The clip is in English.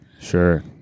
sure